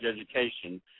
education